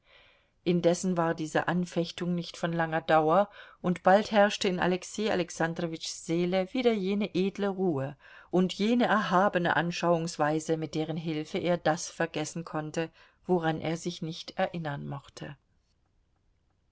indessen war diese anfechtung nicht von langer dauer und bald herrschte in alexei alexandrowitschs seele wieder jene edle ruhe und jene erhabene anschauungsweise mit deren hilfe er das vergessen konnte woran er sich nicht erinnern mochte